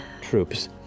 troops